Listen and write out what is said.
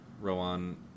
Rowan